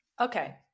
Okay